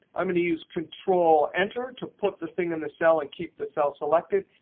i'm going to use control enter to put the thing in the cell and keep the cell selected.